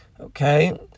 Okay